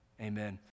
amen